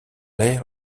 l’air